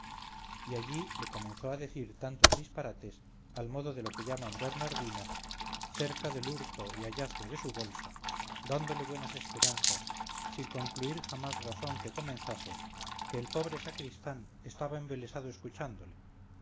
y allí le comenzó a decir tantos disparates al modo de lo que llaman bernardinas cerca del hurto y hallazgo de su bolsa dándole buenas esperanzas sin concluir jamás razón que comenzase que el pobre sacristán estaba embelesado escuchándole